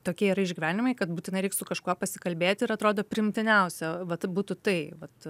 tokie yra išgyvenimai kad būtinai reik su kažkuo pasikalbėt atrodo priimtiniausia vat būtų tai vat